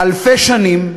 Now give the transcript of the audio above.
אלפי שנים.